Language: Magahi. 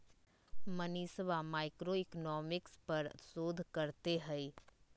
मनीषवा मैक्रोइकॉनॉमिक्स पर शोध करते हई